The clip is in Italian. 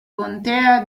contea